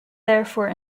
therefore